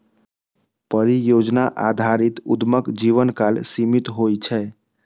परियोजना आधारित उद्यमक जीवनकाल सीमित होइ छै